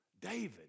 David